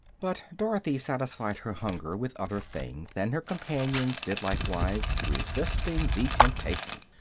but dorothy satisfied her hunger with other things, and her companions did likewise, resisting the temptation.